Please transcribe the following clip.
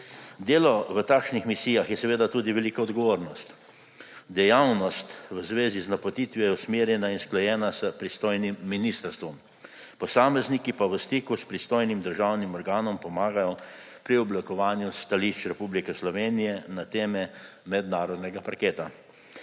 Delo v takšnih misijah je seveda tudi velika odgovornost. Dejavnost v zvezi z napotitvijo je usmerjena in usklajena s pristojnim ministrstvom, posamezniki pa v stiku s pristojnim državnim organom pomagajo pri oblikovanju stališč Republike Slovenije na teme mednarodnega parketa.